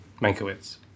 Mankiewicz